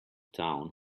town